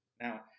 Now